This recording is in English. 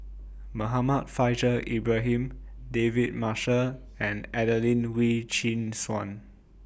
Muhammad Faishal Ibrahim David Marshall and Adelene Wee Chin Suan